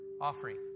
offering